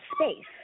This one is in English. space